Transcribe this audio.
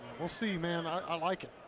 we'll see, man, i like it,